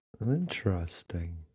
interesting